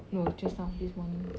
no just now this morning